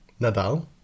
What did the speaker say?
Nadal